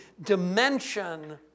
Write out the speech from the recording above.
dimension